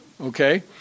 Okay